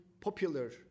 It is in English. popular